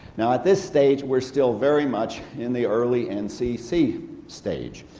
now at this stage we're still very much in the early ncc stage,